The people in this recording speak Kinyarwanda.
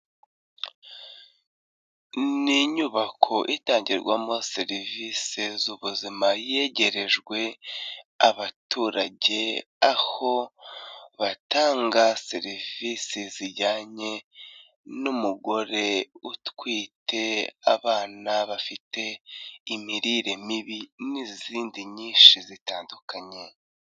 Ni inyubako itangirwamo serivisi z'ubuzima yegerejwe abaturage, aho batanga serivisi zijyanye n'umugore utwite, abana bafite imirire mibi n'izindi nyinshi zitandukanye.